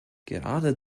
gerade